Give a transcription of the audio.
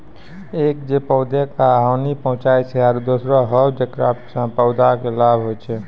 एक जे पौधा का हानि पहुँचाय छै आरो दोसरो हौ जेकरा सॅ पौधा कॅ लाभ होय छै